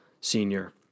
senior